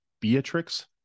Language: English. Beatrix